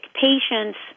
patient's